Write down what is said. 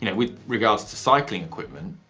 yeah with regards to cycling equipment,